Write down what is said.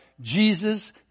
Jesus